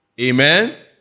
Amen